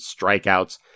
strikeouts